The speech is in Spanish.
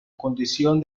condición